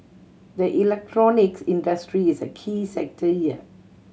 the electronics industry is a key sector here